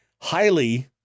highly